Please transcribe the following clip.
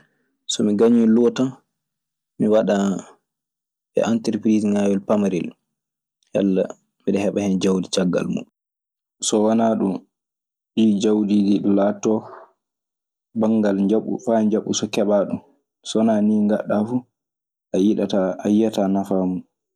So mi gañii e loo tan mi waɗan e enterepirisŋaawel pamarel yalla miɗe heɓa hen jawdi caggal mun. So wanaa ɗun, ɗii jawɗi iɗun laatoto banngal njaɓu faa njaɓu so keɓaa ɗun. So wanaa nii ngaɗɗa fuu a yiyataa nafaa mun.